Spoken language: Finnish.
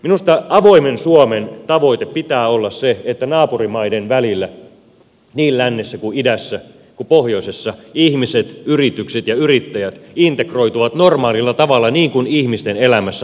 minusta avoimen suomen tavoitteen pitää olla se että naapurimaiden välillä niin lännessä kuin idässä kuin pohjoisessa ihmiset yritykset ja yrittäjät integroituvat normaalilla tavalla niin kuin ihmisten elämässä halutaan tehdä